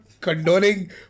condoning